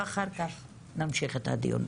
אחר כך נמשיך את הדיון.